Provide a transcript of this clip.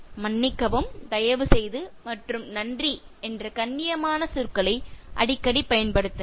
"மன்னிக்கவும்" "தயவுசெய்து" மற்றும் "நன்றி" என்ற கண்ணியமான சொற்களை அடிக்கடி பயன்படுத்துங்கள்